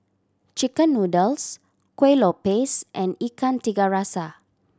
chicken noodles Kueh Lopes and Ikan Tiga Rasa